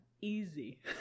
Easy